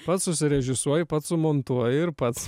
pats susirežisuoji pats sumontuoji ir pats